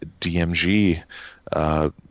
DMG